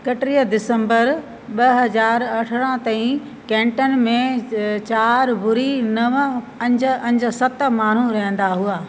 एकटीह दिसंबर ॿ हज़ार अरिड़हं ताईं कैंटनि में चारि ॿुड़ी नव पंज पंज सत माण्हू रहंदा हुआ